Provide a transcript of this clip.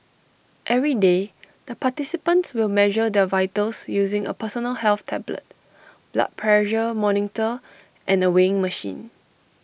every day the participants will measure their vitals using A personal health tablet blood pressure monitor and A weighing machine